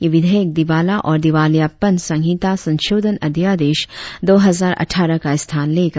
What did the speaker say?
यह विधेयक दिवाला और दिवालियापन संहिता संशोधन अध्यादेश दो हजार अटठारह का स्थान लेगा